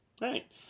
Right